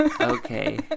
Okay